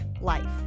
Life